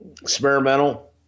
experimental